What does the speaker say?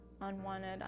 unwanted